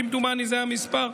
כמדומני זה המספר,